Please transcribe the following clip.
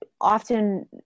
often